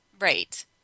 Right